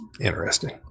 interesting